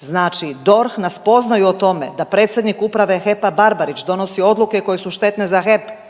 Znači DORH na spoznaju o tome da predsjednik uprave HEP-a Barbarić donosi odluke koje su štetne za HEP